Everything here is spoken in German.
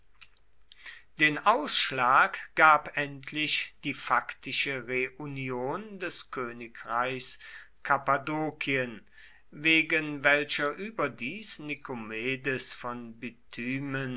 den ausschlag gab endlich die faktische reunion des königreichs kappadokien wegen welcher überdies nikomedes von